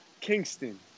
Kingston